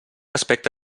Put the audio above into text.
aspecte